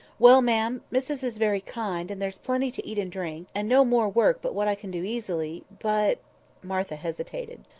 well, ma'am, missus is very kind, and there's plenty to eat and drink, and no more work but what i can do easily but martha hesitated.